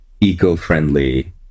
eco-friendly